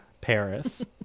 Paris